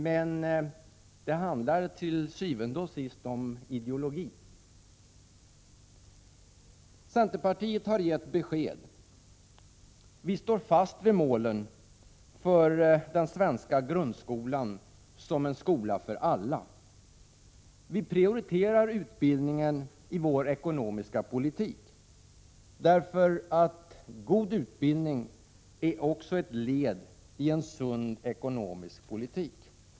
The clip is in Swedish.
Men til syvende og sidst handlar det om ideologi. Centerpartiet har gett sitt besked. Vi står fast vid målen för den svenska grundskolan som en skola för alla. Vi prioriterar utbildningen i vår ekonomiska politik, därför att en god utbildning också är ett led i en sund ekonomisk politik.